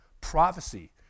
Prophecy